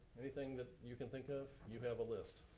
anything that you can think of? you have a list.